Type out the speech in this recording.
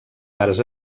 pares